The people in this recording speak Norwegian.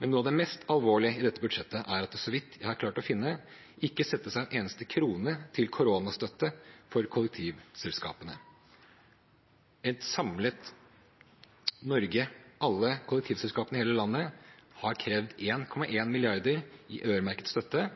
Men noe av det mest alvorlige i dette budsjettet er at det – så vidt jeg kan finne – ikke settes av en eneste krone til koronastøtte for kollektivselskapene. Et samlet Norge, alle kollektivselskapene i hele landet, har krevd 1,1 mrd. kr i øremerket støtte.